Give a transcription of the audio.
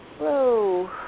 Whoa